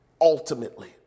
ultimately